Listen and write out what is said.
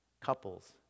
couples